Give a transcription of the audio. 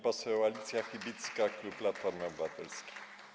poseł Alicja Chybicka, klub Platformy Obywatelskiej.